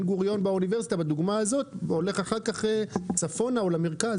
בן גוריון בדוגמה הזאת הולך אחר כך צפונה או למרכז,